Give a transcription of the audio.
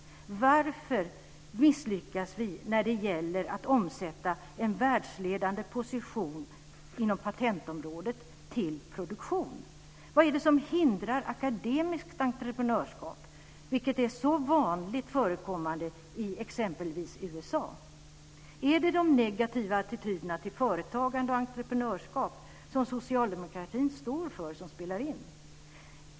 Varför misslyckas vi när det gäller att omsätta en världsledande position inom patentområdet till produktion? Vad är det som hindrar akademiskt entreprenörskap? Det är ju så vanligt förekommande i exempelvis USA. Är det de negativa attityderna till företagande och entreprenörskap som socialdemokratin står för som spelar in?